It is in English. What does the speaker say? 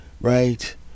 right